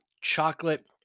chocolate